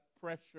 pressure